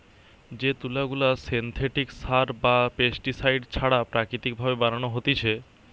যে তুলা গুলা সিনথেটিক সার বা পেস্টিসাইড ছাড়া প্রাকৃতিক ভাবে বানানো হতিছে